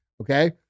Okay